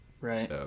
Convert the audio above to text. Right